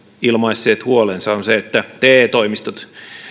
ilmaisseet huolensa että te toimistot